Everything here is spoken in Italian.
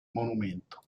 monumento